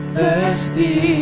Thirsty